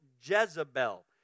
Jezebel